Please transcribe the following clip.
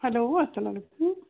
hello اَسَلام علیکُم